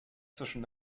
zwischen